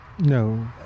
No